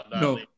no